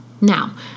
Now